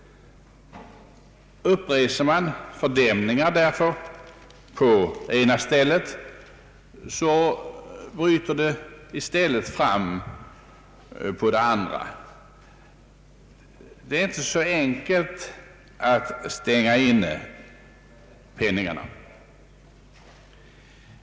Bygger man fördämningar på ett ställe bryter det sig i stället fram på ett annat. Det är ingen enkel match detta, att stänga inne penningen.